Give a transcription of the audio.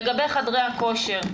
לגבי חדרי הכושר,